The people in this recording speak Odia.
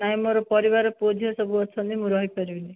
ନାହିଁ ମୋର ପରିବାର ପୁଅ ଝିଅ ସବୁ ଅଛନ୍ତି ମୁଁ ରହିପାରିବିନି